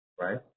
right